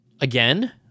again